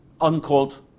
Unquote